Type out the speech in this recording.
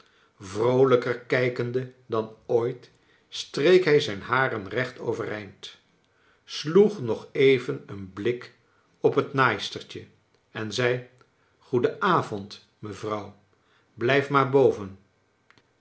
vroolijker kijkende dan ooit streek hij zijn haren recht overeind sloeg nog even een blik op het naaistertje en zei g-oeden avond mevrouw blijf maar boven